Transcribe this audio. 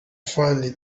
finally